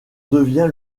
devient